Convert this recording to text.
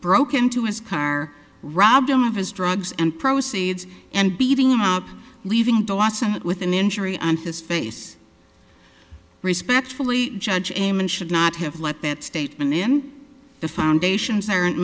broke into his car robbed him of his drugs and proceeds and beating him up leaving dawson with an injury on his face respectfully judge a man should not have let that statement in the foundations